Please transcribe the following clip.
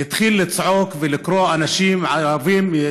הוא התחיל לצעוק ולקרוא שיש פה אנשים ערבים,